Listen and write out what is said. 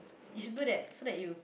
it's do that so that you